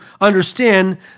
understand